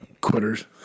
Quitters